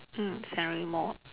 mm San Remo